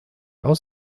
aus